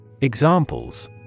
Examples